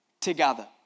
together